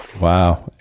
Wow